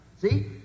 See